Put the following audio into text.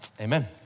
Amen